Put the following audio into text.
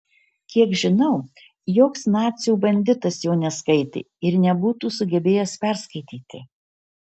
kiek žinau joks nacių banditas jo neskaitė ir nebūtų sugebėjęs perskaityti